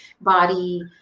body